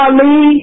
Ali